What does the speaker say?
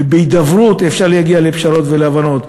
ובהידברות אפשר להגיע לפשרות ולהבנות,